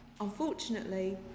Unfortunately